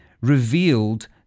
revealed